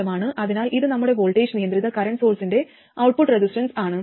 അതിനാൽ ഇത് നമ്മുടെ വോൾട്ടേജ് നിയന്ത്രിത കറന്റ് സോഴ്സ്ന്റെ ഔട്ട്പുട്ട് റെസിസ്റ്റൻസാണ്